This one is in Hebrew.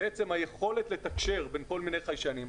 בעצם היכולת לתקשר בין כל מיני חיישנים.